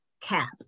cap